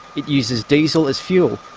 it uses diesel as fuel,